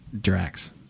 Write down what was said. Drax